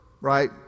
Right